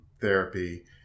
therapy